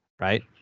right